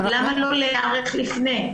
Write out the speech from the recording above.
למה לא להיערך לפני?